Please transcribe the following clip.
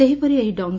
ସେହିପରି ଏହି ଡଙ୍ଗ